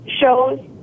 shows